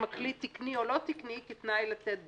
אם הכלי תקני או לא תקני כתנאי לתת דוח.